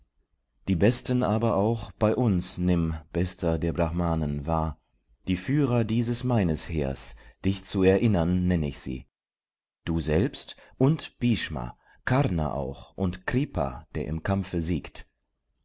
die besten aber auch bei uns nimm bester der brahmanen wahr die führer dieses meines heers dich zu erinnern nenn ich sie du selbst und bhshma karna auch und kripa der im kampfe siegt